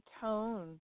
tone